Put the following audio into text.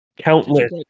Countless